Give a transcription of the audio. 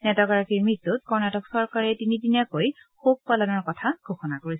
নেতাগৰাকীৰ মৃত্যুত কৰ্ণাটক চৰকাৰে তিনিদিনীয়াকৈ শোক পালনৰ কথা ঘোষণা কৰিছে